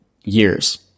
years